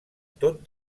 tot